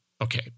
Okay